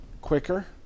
quicker